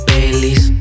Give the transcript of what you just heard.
Baileys